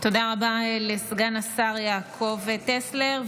תודה רבה לסגן השר יעקב טסלר.